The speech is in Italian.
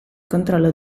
controllo